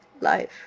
life